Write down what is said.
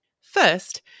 First